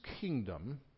kingdom